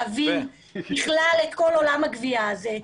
להבין בכלל את כל עולם הגבייה הזה,